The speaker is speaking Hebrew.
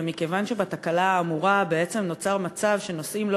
ומכיוון שבתקלה האמורה בעצם נוצר מצב שנוסעים לא